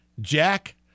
Jack